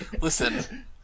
Listen